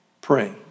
Pray